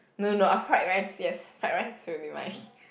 no no I fried rice yes fried rice will be mine